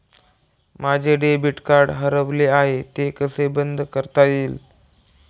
माझे debit card हरवले आहे ते कसे बंद करता येईल?